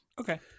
Okay